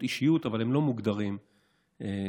אישיות אבל הם לא מוגדרים כחולים.